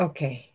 Okay